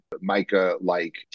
mica-like